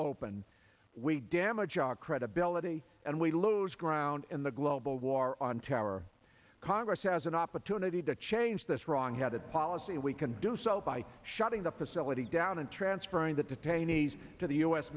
open we damage our credibility and we lose ground in the global war on terror congress has an opportunity to change this wrongheaded policy and we can do so by shutting the facility down and transferring that detainees to the u